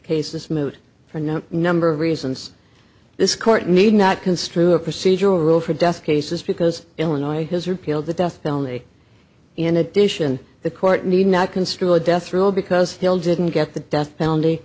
this mood for no number of reasons this court need not construe a procedural rule for death cases because illinois has repealed the death valley in addition the court need not construe a death row because hill didn't get the death penalty